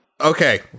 okay